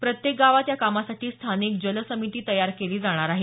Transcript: प्रत्येक गावात या कामासाठी स्थानिक जल समिती तयार केली जाणार आहे